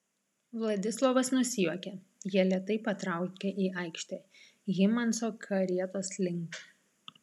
vladislovas nusijuokė jie lėtai patraukė į aikštę hymanso karietos link